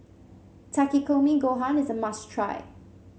Takikomi Gohan is a must try